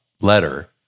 letter